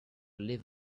live